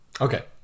Okay